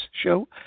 show